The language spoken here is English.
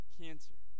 cancer